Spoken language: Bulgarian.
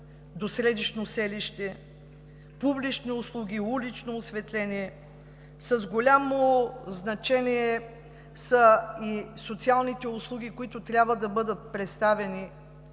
до средищно селище, публични услуги, улично осветление. С голямо значение са и социалните услуги, които трябва да бъдат представени,